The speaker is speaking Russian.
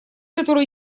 которую